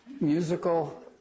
musical